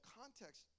context